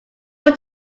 want